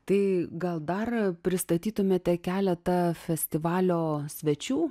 tai gal dar pristatytumėte keletą festivalio svečių